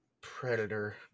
predator